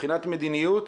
מבחינת מדיניות,